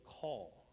call